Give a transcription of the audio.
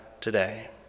today